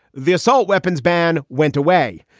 the assault weapons ban went away.